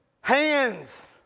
hands